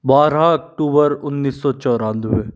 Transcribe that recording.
बारह अक्टूबर उन्नीस सौ चौरानवे